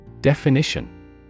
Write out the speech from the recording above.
Definition